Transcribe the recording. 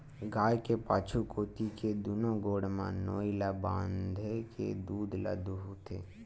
गाय के पाछू कोती के दूनो गोड़ म नोई ल बांधे के दूद ल दूहूथे